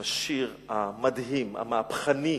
עם השיר המדהים, המהפכני,